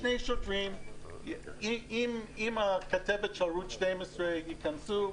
שני שוטרים עם הכתבת של ערוץ 12. הם ייכנסו,